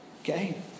Okay